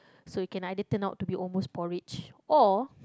so it can either turn out to be almost porridge or